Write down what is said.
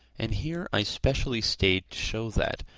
and here i specially stayed to show that,